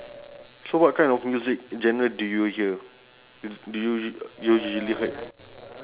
so what kind of music genre do you hear do you us~ usually heard